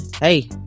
hey